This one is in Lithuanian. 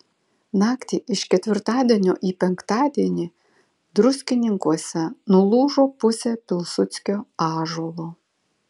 naktį iš ketvirtadienio į penktadienį druskininkuose nulūžo pusė pilsudskio ąžuolo